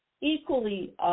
equally